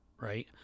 right